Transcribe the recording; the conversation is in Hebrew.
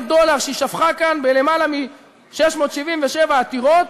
הדולר שהיא שפכה כאן בלמעלה מ-677 עתירות,